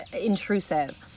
intrusive